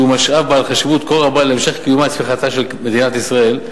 שהוא משאב בעל חשיבות כה רבה להמשך קיומה ולצמיחתה של מדינת ישראל,